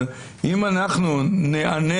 אבל אם אנחנו נענה,